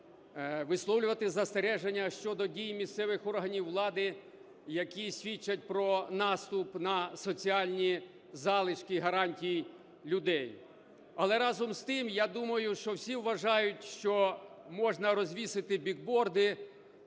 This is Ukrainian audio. висловлювати застереження щодо дій місцевих органів влади, які свідчать про наступ на соціальні залишки гарантій людей. Але разом з тим, я думаю, що всі вважають, що можна розвісити бігборди,